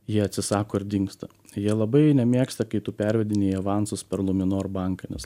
jie atsisako ir dingsta jie labai nemėgsta kai tu pervedinėji avansus per luminor banką nes